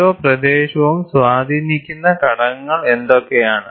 ഓരോ പ്രദേശവും സ്വാധീനിക്കുന്ന ഘടകങ്ങൾ എന്തൊക്കെയാണ്